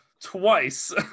twice